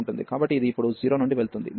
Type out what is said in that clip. కాబట్టి ఇది ఇప్పుడు 0 నుండి వెళుతుంది